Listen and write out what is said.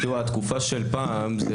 התקופה של פעם,